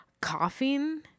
coughing